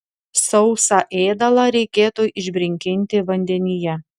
sausą ėdalą reikėtų išbrinkinti vandenyje